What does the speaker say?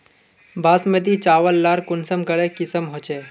बासमती चावल लार कुंसम करे किसम होचए?